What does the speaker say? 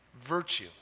virtue